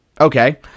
Okay